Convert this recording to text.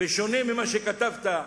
בשונה ממה שכתבת,